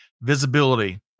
visibility